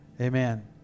Amen